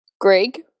Greg